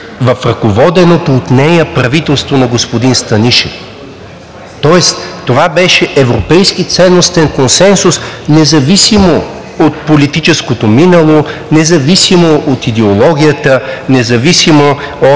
в ръководеното от нея правителство на господин Станишев. Тоест това беше европейски ценностен консенсус независимо от политическото минало, независимо от идеологията, независимо от